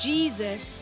Jesus